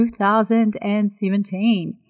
2017